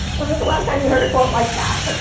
when was the last time you heard a quote like that?